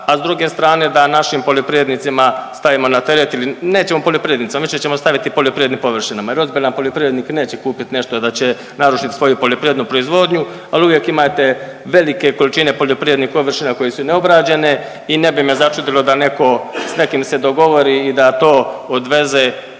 a s druge strane da našim poljoprivrednicima stavimo na teret ili, nećemo poljoprivrednicima, više ćemo staviti poljoprivrednim površinama jer ozbiljan poljoprivrednik neće kupit nešto da će narušit svoju poljoprivrednu proizvodnju, al uvijek imate velike količine poljoprivrednih površina koje su neobrađene i ne bi me začudilo da neko s nekim se dogovori i da to odveze